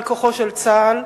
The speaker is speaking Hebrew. על כוחו של צה"ל,